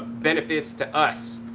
benefits to us.